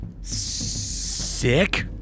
Sick